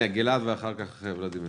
גלעד, בבקשה.